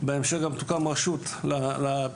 בהמשך גם תוקם רשות לפריפריה,